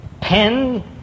pen